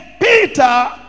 Peter